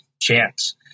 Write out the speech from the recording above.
chance